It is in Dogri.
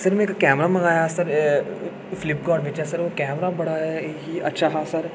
सर में इक्क कैमरा मंगाया सर फ्लिपकार्ट परा सर ओह् कैमरा बड़ा अच्छा हा